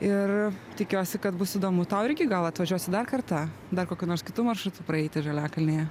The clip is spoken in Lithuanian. ir tikiuosi kad bus įdomu tau irgi gal atvažiuosi dar kartą dar kokiu nors kitu maršrutu praeiti žaliakalnyje